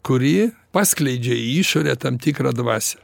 kuri paskleidžia į išorę tam tikrą dvasią